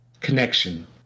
connection